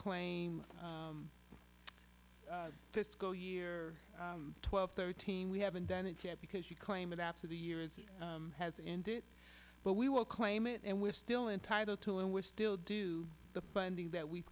claim fiscal year twelve thirteen we haven't done it yet because you claim it out to the years it has ended but we will claim it and we're still entitled to and we're still do the funding that we